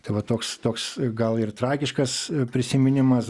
tai va toks toks gal ir tragiškas prisiminimas